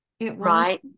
Right